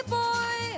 boy